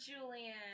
Julian